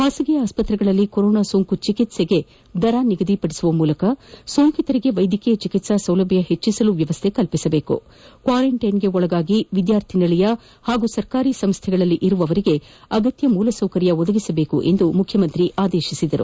ಖಾಸಗಿ ಆಸ್ವತ್ರೆಗಳಲ್ಲಿ ಕೊರೊನಾ ಸೋಂಕು ಚಿಕಿತ್ಪೆಗೆ ದರ ನಿಗದಿಪಡಿಸುವ ಮೂಲಕ ಸೋಂಕಿತರಿಗೆ ವೈದ್ಯಕೀಯ ಚಿಕಿತ್ಪಾ ಸೌಲಭ್ಯ ಹೆಚ್ಚಿಸಲು ವ್ಯವಸ್ಥೆ ಮಾಡಬೇಕು ಕ್ವಾರಂಟೈನ್ಗೆ ಒಳಗಾಗಿ ವಿದ್ಯಾರ್ಥಿ ನಿಲಯ ಹಾಗೂ ಸರ್ಕಾರಿ ಸಂಸ್ಥೆಗಳಲ್ಲಿ ಇರುವವರಿಗೆ ಅಗತ್ಯ ಮೂಲಸೌಕರ್ಯ ಒದಗಿಸಬೇಕು ಎಂದು ಮುಖ್ಯಮಂತ್ರಿ ಆದೇಶಿಸಿದರು